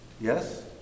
Yes